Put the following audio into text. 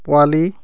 পোৱালি